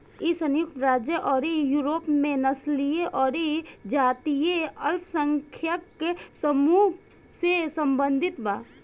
इ संयुक्त राज्य अउरी यूरोप में नस्लीय अउरी जातीय अल्पसंख्यक समूह से सम्बंधित बा